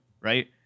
right